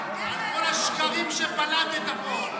כל השקרים שפלטת פה.